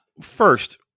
first